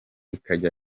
ikajya